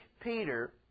Peter